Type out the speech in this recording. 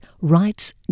rights